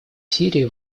сирии